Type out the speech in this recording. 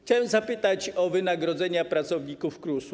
Chciałem zapytać o wynagrodzenia pracowników KRUS-u.